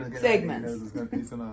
Segments